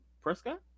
Prescott